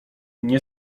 nie